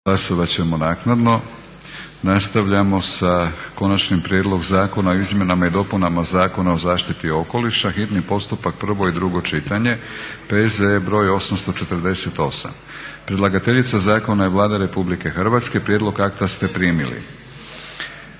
Milorad (HNS)** Nastavljamo sa: - Konačni prijedlog zakona o izmjenama i dopunama Zakona o zaštiti okoliša, hitni postupak, prvo i drugo čitanje, P.Z.E. br. 848. Predlagateljica zakona je Vlada RH. Prijedlog akta ste primili.